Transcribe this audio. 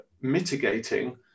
mitigating